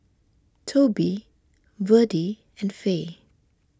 Toby Verdie and Fae